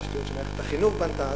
תשתיות שמערכת החינוך בנתה.